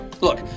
Look